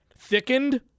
thickened